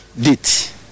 date